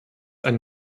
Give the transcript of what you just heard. ein